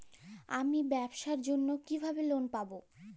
আমি ব্যবসার জন্য কিভাবে লোন পাব?